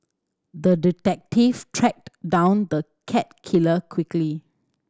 the detective tracked down the cat killer quickly